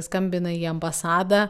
skambina į ambasadą